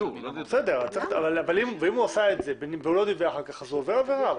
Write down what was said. אם הוא עשה את זה ולא דיווח, הוא עובר עבירה.